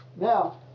Now